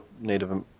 native